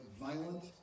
violent